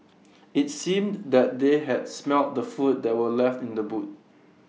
IT seemed that they had smelt the food that were left in the boot